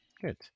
good